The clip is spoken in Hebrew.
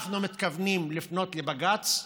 אנחנו מתכוונים לפנות לבג"ץ,